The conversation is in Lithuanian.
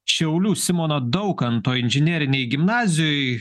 šiaulių simono daukanto inžinerinėj gimnazijoj